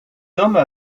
hommes